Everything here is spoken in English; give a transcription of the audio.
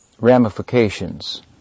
ramifications